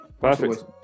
Perfect